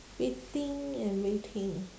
waiting and waiting